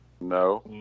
No